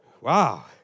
Wow